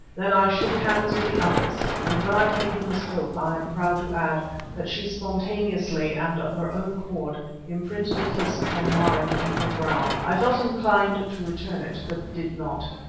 then i shook hands with the others and when i came to miss hope i am proud to add that she spontaneously and of her own accord imprinted a kiss upon my mediaeval brow. i felt inclined to return it, but did not.